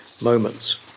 moments